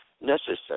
necessary